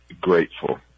grateful